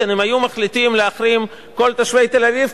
אם היו מחליטים להחרים כל תושבי תל-אביב,